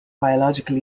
biological